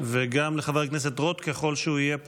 וגם לחבר הכנסת רוט, ככל שהוא יהיה פה.